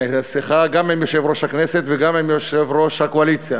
משיחה גם עם יושב-ראש הכנסת וגם עם יושב-ראש הקואליציה,